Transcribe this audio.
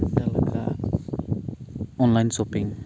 ᱡᱟᱦᱟᱸᱞᱮᱠᱟ online shopping